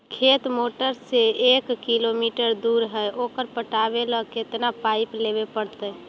खेत मोटर से एक किलोमीटर दूर है ओकर पटाबे ल केतना पाइप लेबे पड़तै?